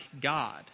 God